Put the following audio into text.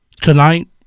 Tonight